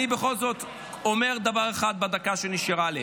אני בכל זאת אומר דבר אחד בדקה שנשארה לי: